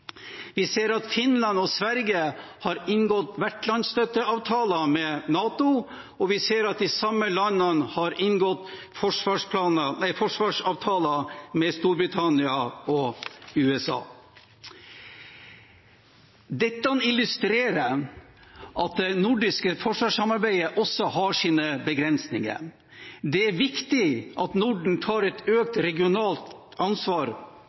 Vi ser at Finland og Sverige har inngått vertslandsstøtteavtaler med NATO, og vi ser at de samme landene har inngått forsvarsavtaler med Storbritannia og USA. Dette illustrerer at det nordiske forsvarssamarbeidet også har sine begrensninger. Det er viktig at Norden tar et økt regionalt ansvar